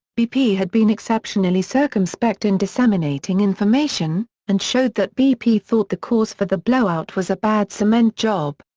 bp had been exceptionally circumspect in disseminating information and showed that bp thought the cause for the blowout was a bad cement job.